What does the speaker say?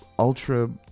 Ultra